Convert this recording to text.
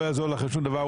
לא יעזור לכם שום דבר,